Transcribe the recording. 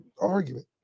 argument